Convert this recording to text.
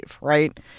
right